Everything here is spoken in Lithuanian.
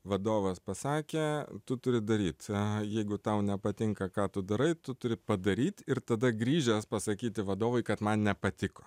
vadovas pasakė tu turi daryt jeigu tau nepatinka ką tu darai tu turi padaryt ir tada grįžęs pasakyti vadovui kad man nepatiko